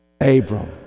Abram